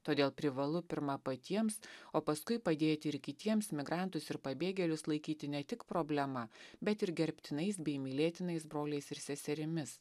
todėl privalu pirma patiems o paskui padėti ir kitiems migrantus ir pabėgėlius laikyti ne tik problema bet ir gerbtinais bei mylėtinais broliais ir seserimis